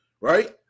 right